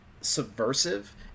subversive